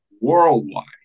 worldwide